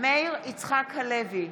מאיר יצחק הלוי,